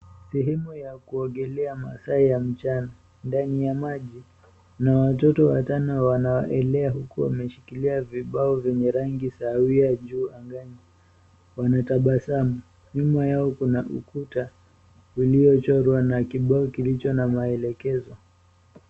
Sehemu ya kuogelea masaa ya mchana ndani ya maji na watoto watano wanaelea huku wameshikilia vibao vyenye rangi sawia juu angani wanatabasamu, nyuma yao kuna ukuta uluochorwa na kibao kilicho na maelekezo.